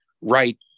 right